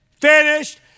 finished